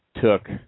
took